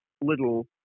little